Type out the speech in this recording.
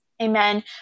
Amen